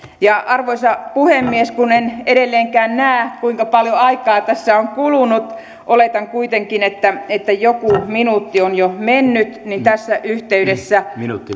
arvoisa puhemies kun en edelleenkään näe kuinka paljon aikaa tässä on kulunut oletan kuitenkin että että joku minuutti on jo mennyt niin tässä yhteydessä minuutti